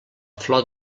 flor